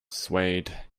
swayed